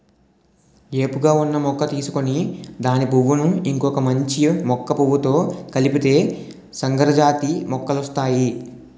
ఏపుగా ఉన్న మొక్క తీసుకొని దాని పువ్వును ఇంకొక మంచి మొక్క పువ్వుతో కలిపితే సంకరజాతి మొక్కలొస్తాయి